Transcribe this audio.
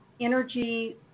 energy